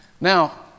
Now